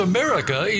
America